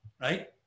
right